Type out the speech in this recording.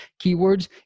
keywords